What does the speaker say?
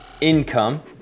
income